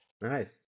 Nice